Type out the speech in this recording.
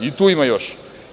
I tu ima još.